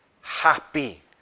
happy